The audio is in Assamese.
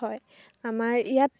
হয় আমাৰ ইয়াত